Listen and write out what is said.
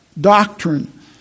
doctrine